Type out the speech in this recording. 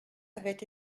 avait